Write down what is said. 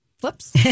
Whoops